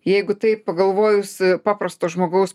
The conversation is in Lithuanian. jeigu taip pagalvojus paprasto žmogaus